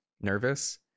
nervous